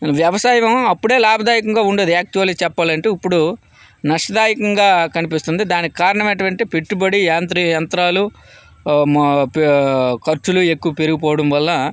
వ్యవసాయం అప్పుడే లాభదాయకంగా ఉండేది యాక్చువల్లీ చెప్పాలంటే ఇప్పుడు నష్టదాయకంగా కనిపిస్తుంది దానికి కారణం అటువంటి పెట్టుబడి యాంత్రిక యంత్రాలు ఆ ఖర్చులు ఎక్కువ పెరుగు పోవడం వల్ల